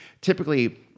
typically